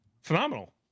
Phenomenal